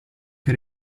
che